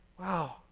wow